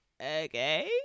okay